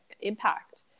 impact